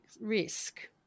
risk